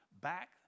back